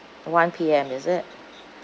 one P_M is it